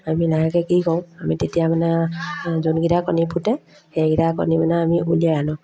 আমি লাহেকৈ কি কৰোঁ আমি তেতিয়া মানে যোনকেইটা কণী ফুটে সেইকেইটা কণী মানে আমি উলিয়াই আনোঁ